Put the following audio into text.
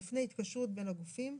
אופני התקשרות בין הגופים,